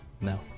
No